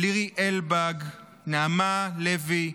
לירי אלבג, נעמה לוי,